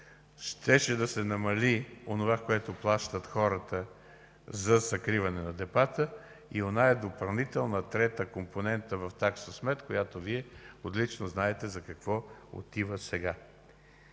щеше да се намали онова, което плащат хората за закриване на депата, и онази допълнителна трета компонента в такса смет, която Вие отлично знаете за какво отива сега.